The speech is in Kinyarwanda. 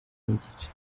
n’igice